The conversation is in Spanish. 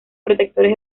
protectores